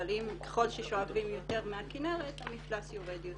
ככל ששואבים יותר מהכינרת, המפלס יורד יותר.